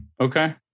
Okay